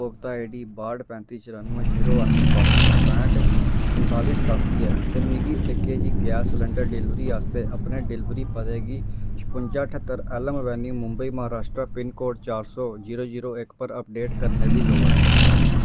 मेरी उपभोक्ता आईडी बाट पैंती चरानुवैं जीरो अट्ठ बास्सी पैंह्ठ संताली सतासी ऐ ते मिगी A K G gas cylinder delivery आस्तै अपने डिलीवरी पते गी छपुंजा ठ्हत्तर L M avenue Mumbai Maharashtra pincode चार सौ जीरो जीरो इक पर अपडेट करने दी लोड़ ऐ